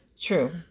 true